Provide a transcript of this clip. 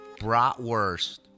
Bratwurst